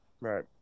Right